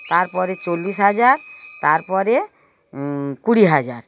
তার পরে চল্লিশ হাজার তার পরে কুড়ি হাজার